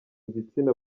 ibitsina